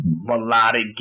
melodic